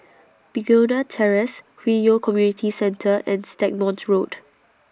Begonia Terrace Hwi Yoh Community Centre and Stagmont Road